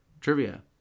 Trivia